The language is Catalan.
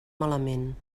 malament